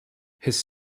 his